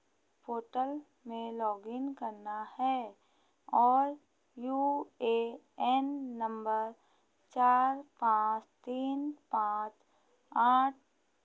portal में login करना है और यू ए एन नंबर चार पाँच तीन पाँच आठ